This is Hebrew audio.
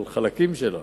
על חלקים שלה.